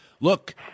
look